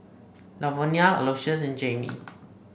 Lavonia Aloysius and Jaimee